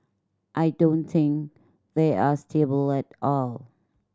I don't think they are stable at all